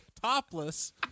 topless